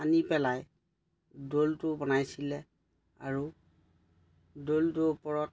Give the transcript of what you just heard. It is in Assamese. সানি পেলাই দৌলটো বনাইছিলে আৰু দৌলটোৰ ওপৰত